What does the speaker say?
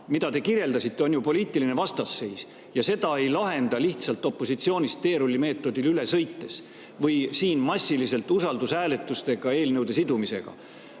mida te kirjeldasite, on ju poliitiline vastasseis ja seda ei lahenda lihtsalt opositsioonist teerullimeetodil üle sõites või siin massiliselt eelnõude usaldushääletusega sidumisega.